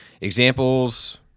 Examples